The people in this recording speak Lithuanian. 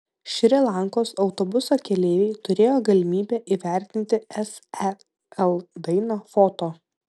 šri lankos autobuso keleiviai turėjo galimybę įvertinti sel dainą foto